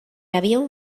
avión